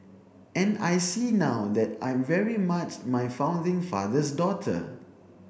and I see now that I'm very much my founding father's daughter